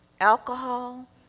alcohol